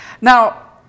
Now